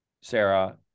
Sarah